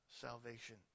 salvation